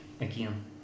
again